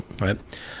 Right